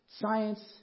science